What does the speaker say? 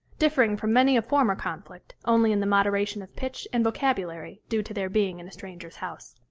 differing from many a former conflict only in the moderation of pitch and vocabulary due to their being in a stranger's house.